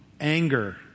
anger